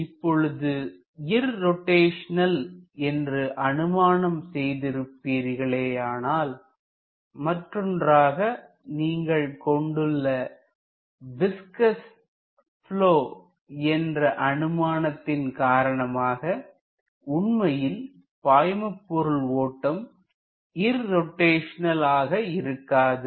இப்பொழுது இர்ரோட்டைஷனல் என்று அனுமானம் செய்து இருப்பீர்களேயானால் மற்றொன்றாக நீங்கள் கொண்டுள்ள விஸ்கஸ் ப்லொ என்ற அனுமானத்தின் காரணமாக உண்மையில் பாய்மபொருள் ஓட்டம் இர்ரோட்டைஷனல் ஆக இருக்காது